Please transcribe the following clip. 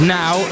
now